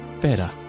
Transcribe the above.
better